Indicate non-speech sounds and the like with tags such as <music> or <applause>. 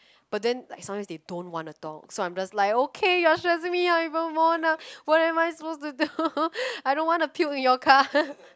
but then like sometimes they don't want to talk so I am just like okay you are stressing me out even more now what am I supposed to do <noise> I don't want to puke in your car